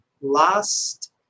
last